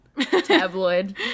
tabloid